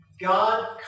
God